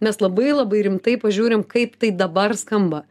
mes labai labai rimtai pažiūrim kaip tai dabar skamba